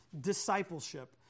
discipleship